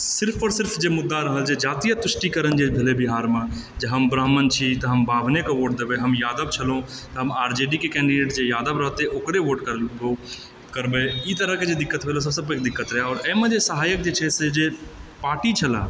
सिर्फ आओर सिर्फ जे मुद्दा रहल जे जातीय तुष्टिकरण जे भेलए बिहारमे जे हम ब्राह्मण छी तऽ हम बाभनेके वोट देबए हम यादव छलहुँ तऽ हम आर जे डी के कैंडिडेट जे यादव रहए ओकरे वोट करबै ई तऽ दिक्कत रहए सबसँ पैघ दिक्कत रहए आओर एहिमे जे सहायक जे छै से जे पार्टी छलऽ